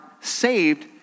saved